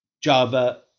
Java